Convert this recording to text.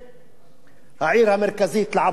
העיר המרכזית לעבודה, חדרה,